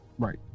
Right